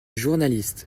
journaliste